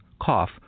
cough